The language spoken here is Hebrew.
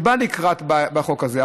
שבא לקראתנו בחוק הזה,